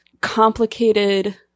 complicated